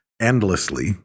endlessly